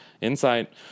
Insight